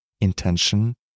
intention